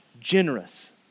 generous